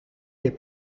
des